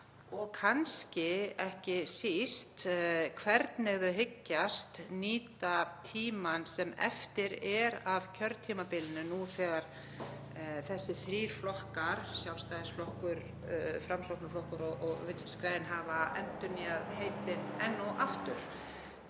og kannski ekki síst hvernig þau hyggjast nýta tímann sem eftir er af kjörtímabilinu nú þegar þessir þrír flokkar, Sjálfstæðisflokkur, Framsóknarflokkur og Vinstrihreyfingin – grænt framboð, hafa endurnýjað heitin enn og aftur.